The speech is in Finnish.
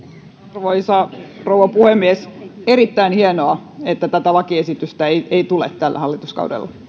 arvoisa rouva puhemies erittäin hienoa että tätä lakiesitystä ei ei tule tällä hallituskaudella